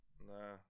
nah